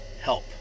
help